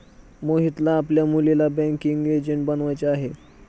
मोहितला आपल्या मुलीला बँकिंग एजंट बनवायचे आहे